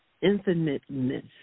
infiniteness